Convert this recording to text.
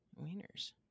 wieners